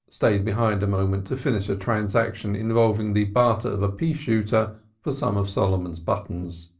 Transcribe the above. stayed behind a moment to finish a transaction involving the barter of a pea-shooter for some of solomon's buttons.